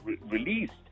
released